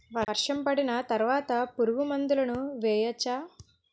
వర్షం పడిన తర్వాత పురుగు మందులను వేయచ్చా?